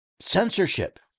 Censorship